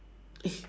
eh